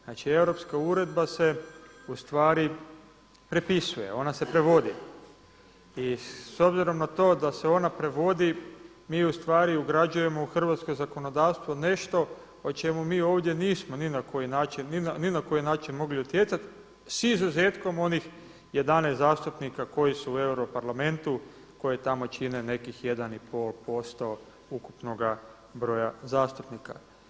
Znači europska uredba se ustvari prepisuje ona se prevodi i s obzirom na to da se ona prevodi, mi ugrađujemo u hrvatsko zakonodavstvo nešto o čemu mi ovdje nismo ni na koji način mogli utjecati s izuzetkom onih 11 zastupnika koji su u Europarlamentu koji tamo čine nekih 1,5% ukupnoga broja zastupnika.